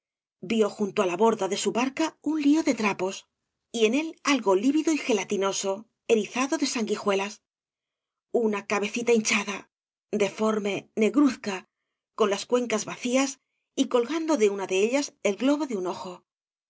víó junto á la borda de bu barca un lio de trapos y en él algo lívido y gelatinoso erizado de eanguijaeiae una cabecita hinchada deforme negruzca con las cuencas vacías y colgando de una de ellas el globo de un ojo